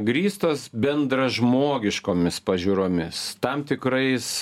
grįstos bendražmogiškomis pažiūromis tam tikrais